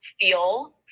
feel